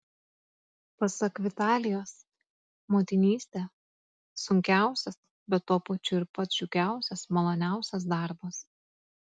pasak vitalijos motinystė sunkiausias bet tuo pačiu ir pats džiugiausias maloniausias darbas